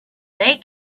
they